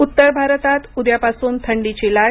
उत्तर भारतात उद्यापासून थंडीची लाट